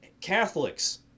Catholics